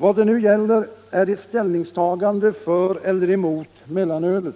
Vad det nu gäller är ett ställningstagande för eller emot mellanölet,